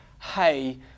hey